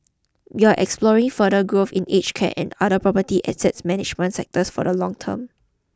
we are exploring further growth in aged care and other property assets management sectors for the long term